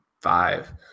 five